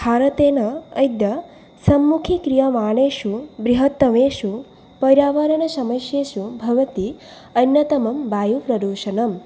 भारतेन अद्य सम्मुखीक्रियमाणासु बृहत्तमासु पर्यावरणसमस्यासु भवति अन्यतमं वायुप्रदूषणं